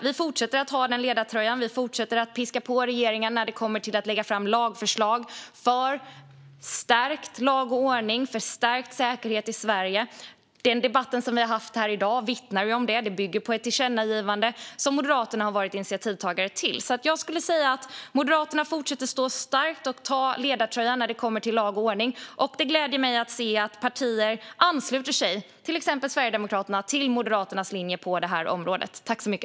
Vi fortsätter att ha denna ledartröja, och vi fortsätter att piska på regeringen när det kommer till att lägga fram lagförslag för stärkt lag och ordning och för stärkt säkerhet i Sverige. Den debatt som vi har haft här i dag vittnar om det. Den bygger på ett tillkännagivande som Moderaterna har varit initiativtagare till. Jag skulle därför säga att Moderaterna fortsätter att stå starka och ta ledartröjan när det kommer till lag och ordning. Och det gläder mig att se att partier, till exempel Sverigedemokraterna, ansluter sig till Moderaternas linje på detta område.